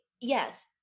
Yes